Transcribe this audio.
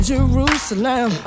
Jerusalem